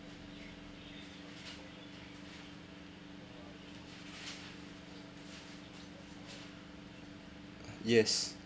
uh yes